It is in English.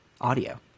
audio